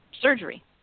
surgery